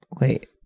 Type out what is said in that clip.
Wait